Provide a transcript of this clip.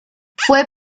fue